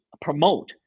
promote